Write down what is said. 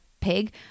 pig